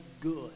good